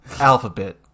alphabet